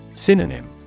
Synonym